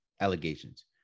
allegations